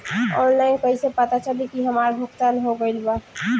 Online कईसे पता चली की हमार भुगतान हो गईल बा?